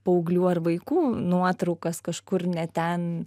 paauglių ar vaikų nuotraukas kažkur ne ten